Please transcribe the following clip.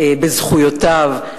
בזכויותיו.